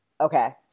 Okay